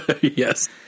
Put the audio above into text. Yes